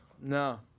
No